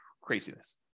Craziness